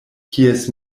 kies